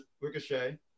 Ricochet